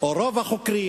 או רוב החוקרים,